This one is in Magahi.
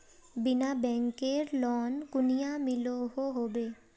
बिना बैंकेर लोन कुनियाँ मिलोहो होबे?